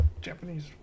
Japanese